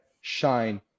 shine